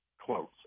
close